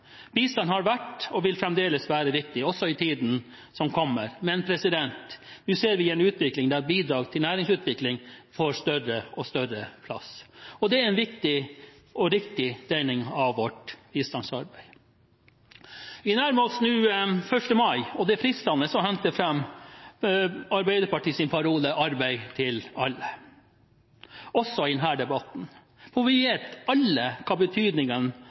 Bistand har vært og vil fremdeles være viktig, også i tiden som kommer. Men nå ser vi en utvikling der bidrag til næringsutvikling får større og større plass, og det er en viktig og riktig dreining av vårt bistandsarbeid. Vi nærmer oss nå 1. mai, og det er fristende å hente fram Arbeiderpartiets parole «arbeid til alle», også i denne debatten. Vi vet alle hva betydningen